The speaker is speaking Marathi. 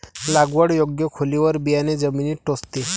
लागवड योग्य खोलीवर बियाणे जमिनीत टोचते